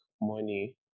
money